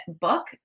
book